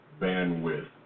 bandwidth